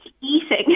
eating